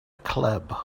club